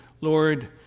Lord